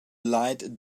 light